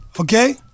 Okay